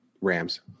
Rams